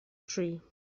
tree